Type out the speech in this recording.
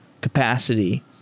capacity